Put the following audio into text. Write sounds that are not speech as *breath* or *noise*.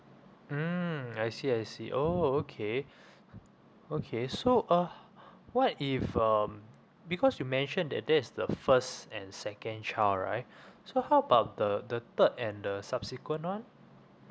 mm I see I see oh okay *breath* okay so uh *breath* what if um because you mentioned that that is the first and second child right *breath* so how about the the third and the subsequent one